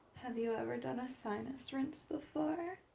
have you ever done a sinus rinse before?